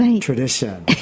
tradition